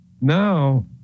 now